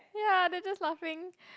ya they just laughing